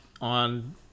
on